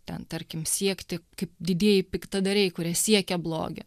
ten tarkim siekti kaip didieji piktadariai kurie siekia blogio